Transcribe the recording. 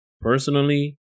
personally